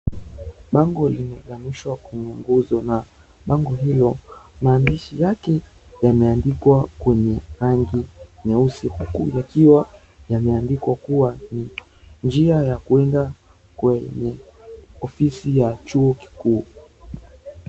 Bango limegamishwa kwenye nguzo na bango hilo maandishi yake wameandikwa kwenye rangi nyeusi yameandikwa kuwa njia ya kwenda kwenye ofisi za chuo kikuu.